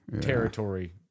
territory